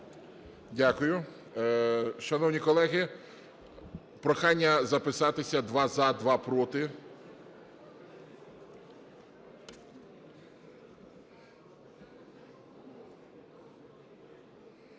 Дякую. Шановні колеги, прохання записатися: два – за, два – проти. Так,